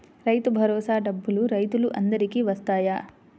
రైతు భరోసా డబ్బులు రైతులు అందరికి వస్తాయా?